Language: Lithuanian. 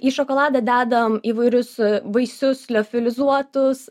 į šokoladą dedam įvairius vaisius liofilizuotus